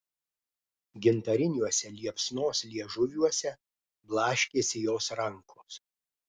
gintariniuose liepsnos liežuviuose blaškėsi jos rankos